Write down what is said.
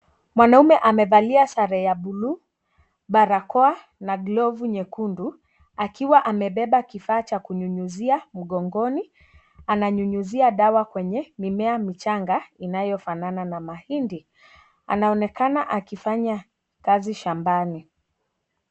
Mwanamme amevalia sare ya buluu, barakoa na glovu nyekundu akiwa amebeba kifaa cha kunyunyizia mgongoni ananyunyiza dawa kwenye mimea michanga inayofana na mahindi. Anaonekana akifanya kazi shambani.